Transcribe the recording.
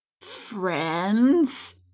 Friends